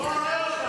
את מדברת על כולם.